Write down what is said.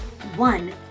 One